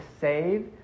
save